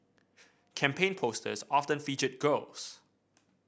campaign posters often featured girls